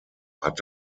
hat